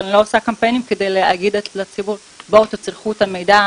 אבל אני לא עושה קמפיינים כדי להגיד לציבור לבוא לצרוך את המידע,